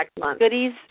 goodies